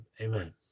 amen